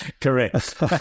Correct